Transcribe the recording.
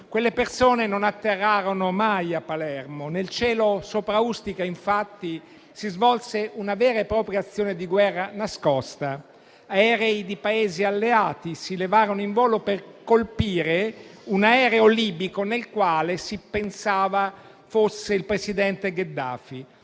Quelle persone non atterrarono mai a Palermo. Nel cielo sopra Ustica, infatti, si svolse una vera e propria azione di guerra nascosta. Aerei di Paesi alleati si levarono in volo per colpire un aereo libico nel quale si pensava fosse il presidente Gheddafi.